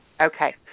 Okay